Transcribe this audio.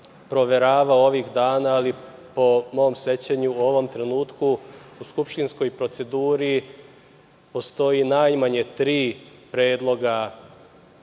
proveravao, ali po mom sećanju, u ovom trenutku u skupštinskoj proceduri postoji najmanje tri predloga